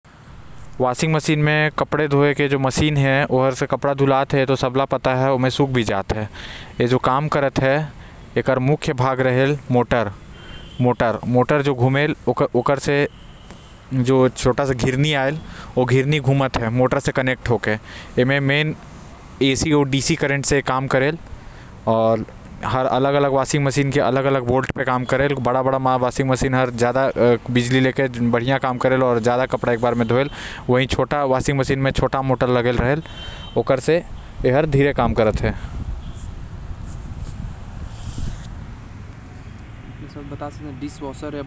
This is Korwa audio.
Washing machine से कपड़ा दिलाते ए तो सबला पता हे लेकिन उमा सूख भी जाते ए कोनो कोनो के पता है। ए जो काम करत हे त एंकर मुख्य भाग है मोटर। मोटर जो घूमेल ओकर से जो छोटा सा घिरनई आएल ओ गोल गोल घूमे जो मोटर से जुडे रहते। आऊ अलग अलग वाशिंग मशीन अलग अलग वोल्ट पे काम करेल जैसे बड़ा बड़ा वाशिंग मशीनों ज्यादा बोल्ट पे काम करते आऊ छोटा छोटा मशीन कम वोल्ट प।